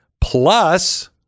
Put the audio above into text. Plus